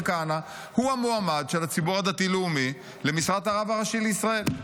כהנא הוא המועמד של הציבור הדתי-לאומי למשרת הרב הראשי לישראל?